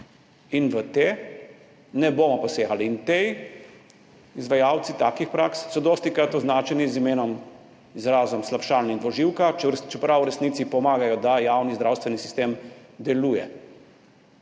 in v te ne bomo posegali. Izvajalci takih praks so dostikrat označeni s slabšalnim izrazom dvoživka, čeprav v resnici pomagajo, da javni zdravstveni sistem deluje.